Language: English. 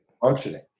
functioning